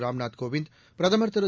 ராம்நாத் கோவிந்த் பிரதமர் திரு